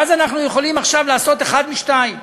ואז אנחנו יכולים עכשיו לעשות אחת משתיים: